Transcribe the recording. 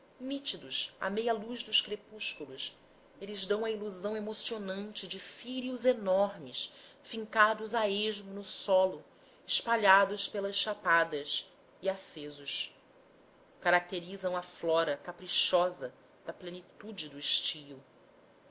nítidos à meia luz dos crepúsculos eles dão a ilusão emocionante de círios enormes fincados a esmo no solo espalhados pelas chapadas e acesos caracterizam a flora caprichosa na plenitude do estio